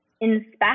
Inspect